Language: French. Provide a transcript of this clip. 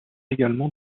également